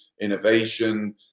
innovation